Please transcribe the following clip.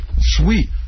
sweet